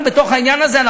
אנחנו בתוך העניין הזה?